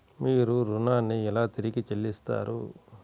మీరు ఋణాన్ని ఎలా తిరిగి చెల్లిస్తారు?